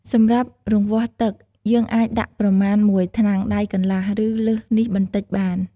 សម្រាប់រង្វាស់ទឹក យើងអាចដាក់ប្រមាណមួយថ្នាំងដៃកន្លះ ឬ លើសនេះបន្តិចបាន។